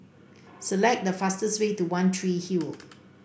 select the fastest way to One Tree Hill